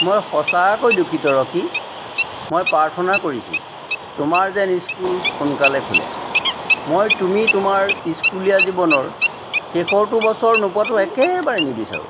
মই সঁচাকৈ দুঃখিত ৰকী মই প্ৰাৰ্থনা কৰিছোঁ তোমাৰ যেন স্কুল সোনকালে খোলে মই তুমি তোমাৰ স্কুলীয়া জীৱনৰ শেষৰটো বছৰ নোপোৱাটো একেবাৰে নিবিচাৰোঁ